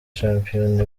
shampiyona